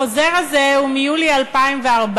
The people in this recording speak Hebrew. החוזר הזה הוא מיולי 2014,